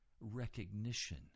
recognition